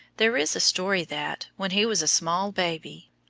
there is a story that, when he was a small baby,